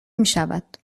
میشود